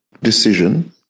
decision